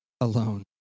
alone